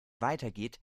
weitergeht